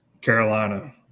Carolina